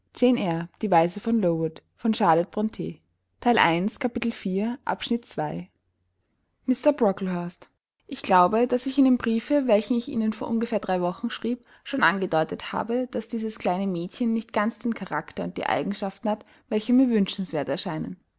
ich glaube daß ich in dem briefe welchen ich ihnen vor ungefähr drei wochen schrieb schon angedeutet habe daß dieses kleine mädchen nicht ganz den charakter und die eigenschaften hat welche mir wünschenswert erscheinen